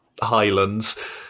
Highlands